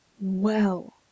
Well